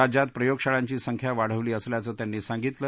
राज्यात प्रयोगशाळांची संख्या वाढवली असल्याचं त्यांनी सांगितलं